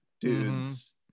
dudes